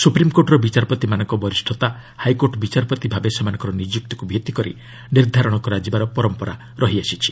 ସୁପ୍ରିମକୋର୍ଟର ବିଚାରପତିମାନଙ୍କ ବରିଷ୍ଠତା ହାଇକୋର୍ଟ ବିଚାରପତି ଭାବେ ସେମାନଙ୍କ ନିଯୁକ୍ତିକୁ ଭିତ୍ତିକରି ନିର୍ଦ୍ଧାରର କରାଯିବାର ପରମ୍ପରା ରହିଆସିଛି